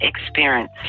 experience